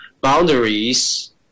boundaries